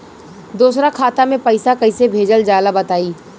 दोसरा खाता में पईसा कइसे भेजल जाला बताई?